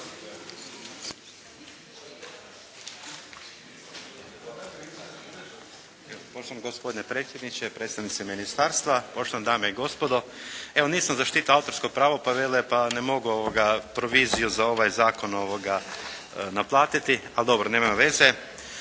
Poštovani gospodine predsjedniče, predstavnici ministarstva, poštovane dame i gospodo! Evo, nisam zaštitio autorsko pravo pa vele, pa ne mogu ovoga proviziju za ovaj zakon naplatiti, ali dobro, nema veze.